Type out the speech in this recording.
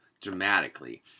dramatically